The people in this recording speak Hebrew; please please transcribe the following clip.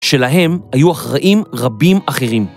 שלהם היו אחראים רבים אחרים.